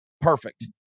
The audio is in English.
Perfect